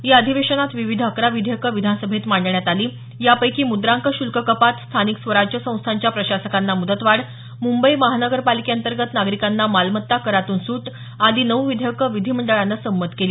या अधिवेशनात विविध अकरा विधेयकं विधानसभेत मांडण्यात आली यापैकी मुद्रांक शुल्क कपात स्थानिक स्वराज्य संस्थांच्या प्रशासकांना मुदतवाढ मुंबई महापालिकेअंतर्गत नागरिकांना मालमत्ता करातून सूट आदी नऊ विधेयकं विधीमंडळानं संमत केली